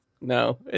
No